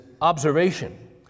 observation